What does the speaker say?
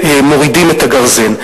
ומורידים את הגרזן.